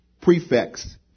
prefects